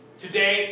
Today